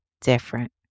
different